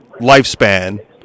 lifespan